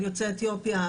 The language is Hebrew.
על יוצאי אתיופיה,